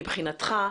מבחינתך,